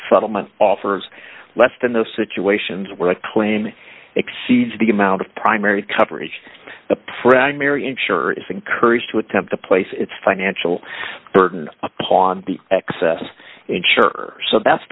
settlement offers less than those situations where a claim exceeds the amount of primary coverage the premier insurer is encouraged to attempt to place its financial burden upon the excess insurer so that's